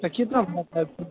तऽ कितनामे भए जेतै